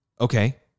Okay